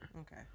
Okay